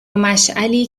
مشعلی